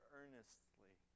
earnestly